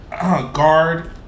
guard